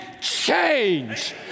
change